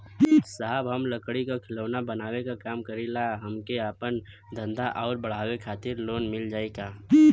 साहब हम लंगड़ी क खिलौना बनावे क काम करी ला हमके आपन धंधा अउर बढ़ावे के खातिर लोन मिल जाई का?